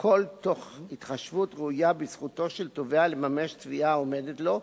והכול תוך התחשבות ראויה בזכותו של תובע לממש תביעה העומדת לו,